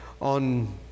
on